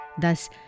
Thus